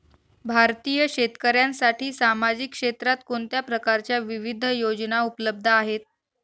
भारतीय शेतकऱ्यांसाठी सामाजिक क्षेत्रात कोणत्या प्रकारच्या विविध योजना उपलब्ध आहेत?